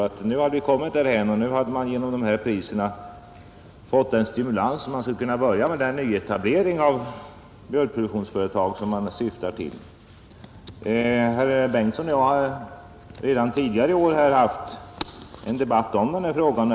De nya priserna skall enligt jordbruksministern ge en sådan stimulans, att man skulle kunna börja med den nyetablering av mjölkproduktionsföretag som behövs. Herr Bengtsson och jag har redan tidigare i år haft en debatt i kammaren om dessa frågor.